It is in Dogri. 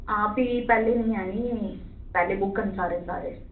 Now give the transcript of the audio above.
हां फ्ही पैह्ले नी आनी पैह्ले बुक न सारें दे सारे